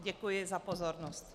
Děkuji za pozornost.